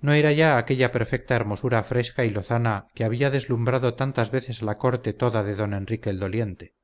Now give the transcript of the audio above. no era ya aquella perfecta hermosura fresca y lozana que había deslumbrado tantas veces a la corte toda de don enrique el doliente